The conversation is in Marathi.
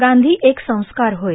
गांधी एक संस्कार होय